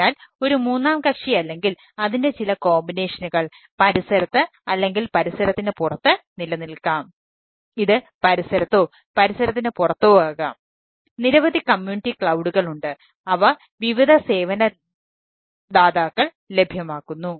അതിനാൽ ഒരു മൂന്നാം കക്ഷി അല്ലെങ്കിൽ അതിന്റെ ചില കോമ്പിനേഷനുകൾ ഉണ്ട് അവ വിവിധ സേവന ദാതാക്കൾ ലഭ്യമാക്കുന്നു